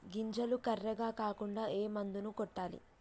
గింజలు కర్రెగ కాకుండా ఏ మందును కొట్టాలి?